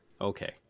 Okay